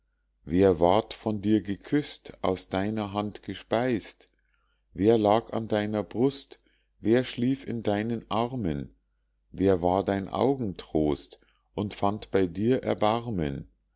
wer ward von dir geküßt aus deiner hand gespeist wer lag an deiner brust wer schlief in deinen armen wer war dein augentrost und fand bei dir erbarmen